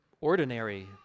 ordinary